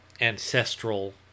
ancestral